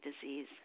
disease